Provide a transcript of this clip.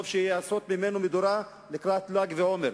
טוב לעשות ממנו מדורה לקראת ל"ג בעומר,